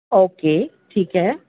okay ٹھیک ہے